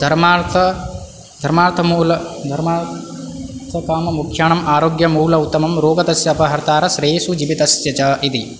धर्मार्थ धर्मार्थमूल धर्मार्थकाममोक्षाणाम् आरोग्यं मूलमुतमम् रोगास्तस्यापहर्तारः श्रेयशो जीवितस्य च इति